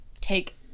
take